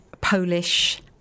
Polish